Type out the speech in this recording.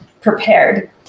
prepared